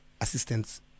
assistance